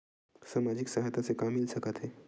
सामाजिक सहायता से का मिल सकत हे?